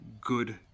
good